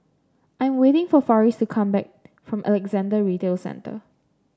I'm waiting for Farris to come back from Alexandra Retail Centre